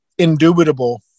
indubitable